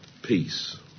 Peace